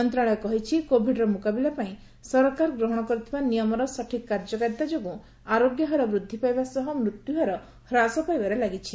ମନ୍ତଶାଳୟ କହିଛି କୋବିଡ୍ର ମୁକାବିଲା ପାଇଁ ସରକାର ଗ୍ରହଶ କରିଥିବା ନିୟମର ସଠିକ୍ କାର୍ଯ୍ୟକାରିତା ଯୋଗୁଁ ଆରୋଗ୍ୟ ହାର ବୃଦ୍ଧି ପାଇବା ସହ ମୃତ୍ୟୁହାର ହ୍ରାସ ପାଇବାରେ ଲାଗିଛି